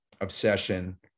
obsession